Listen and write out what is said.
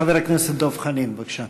חבר הכנסת דב חנין, בבקשה.